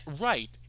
right